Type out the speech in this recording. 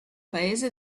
paese